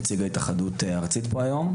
נציג ההתאחדות הארצית פה היום.